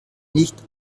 nicht